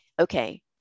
okay